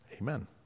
Amen